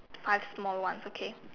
five small ones okay